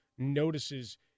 notices